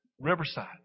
Riverside